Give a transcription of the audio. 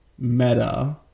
Meta